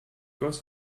goss